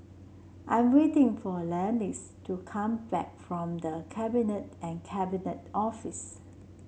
I'm waiting for Leatrice to come back from The Cabinet and Cabinet Office